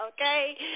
okay